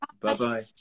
Bye-bye